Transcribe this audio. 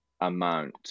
amount